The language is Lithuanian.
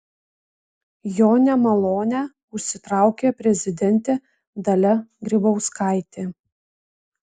jo nemalonę užsitraukė prezidentė dalia grybauskaitė